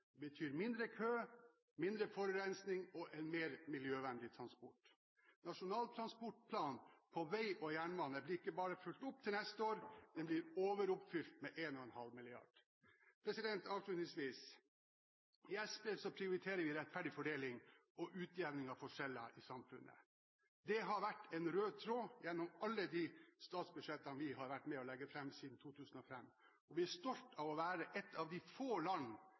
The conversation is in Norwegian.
betyr mindre kø, mindre forurensning og mer miljøvennlig transport. Nasjonal transportplan på vei og jernbane blir ikke bare fulgt opp til neste år, men blir overoppfylt med 1,5 mrd. kr. Avslutningsvis: I SV prioriterer vi rettferdig fordeling og utjevning av forskjellene i samfunnet. Det har vært en rød tråd gjennom alle de statsbudsjettene vi har vært med på å legge fram siden 2005, og vi er stolte av å være et av de få land